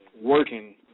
working